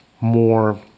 more